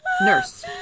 Nurse